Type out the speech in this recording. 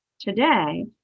today